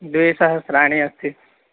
द्विसहस्राणि अस्ति